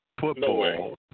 football